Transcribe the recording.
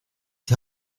die